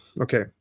okay